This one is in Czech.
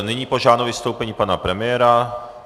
Nyní požádám o vystoupení pana premiéra.